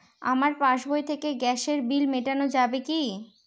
আমার পাসবই থেকে গ্যাসের বিল মেটানো যাবে কি?